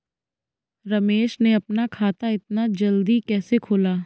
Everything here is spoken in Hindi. रमेश ने अपना खाता इतना जल्दी कैसे खोला?